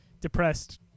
depressed